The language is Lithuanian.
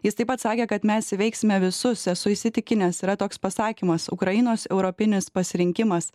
jis taip pat sakė kad mes įveiksime visus esu įsitikinęs yra toks pasakymas ukrainos europinis pasirinkimas